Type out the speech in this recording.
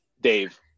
Dave